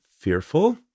fearful